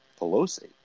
Pelosi